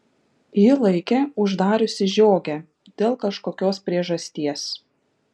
ji laikė uždariusi žiogę dėl kažkokios priežasties